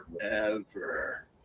forever